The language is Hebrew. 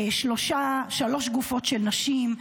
שלוש גופות של נשים,